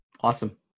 awesome